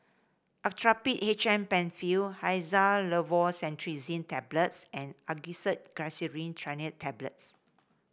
Actrapid H M Penfill Xyzal Levocetirizine Tablets and Angised Glyceryl Trinitrate Tablets